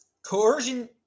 Coercion